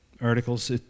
articles